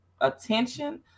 attention